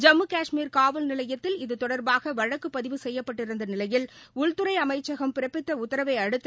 ஜம்மு கஷ்மீர் காவல் நிலையத்தில் இது தொடர்பாக வழக்கு பதிவு செய்யப்பட்டிருந்த நிலையில் உள்துறை அமைச்சகம் பிறப்பித்த உத்தரவை அடுத்து